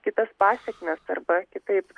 kitas pasekmes arba kitaip